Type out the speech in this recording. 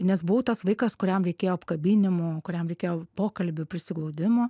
nes buvau tas vaikas kuriam reikėjo apkabinimų kuriam reikėjo pokalbių prisiglaudimo